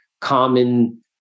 common